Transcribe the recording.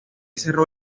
cerró